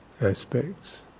aspects